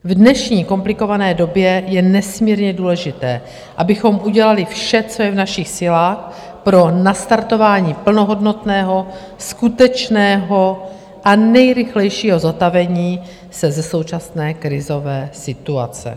V dnešní komplikované době je nesmírně důležité, abychom udělali vše, co je v našich silách, pro nastartování plnohodnotného, skutečného a nejrychlejšího zotavení se ze současné krizové situace.